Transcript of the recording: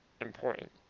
important